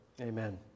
amen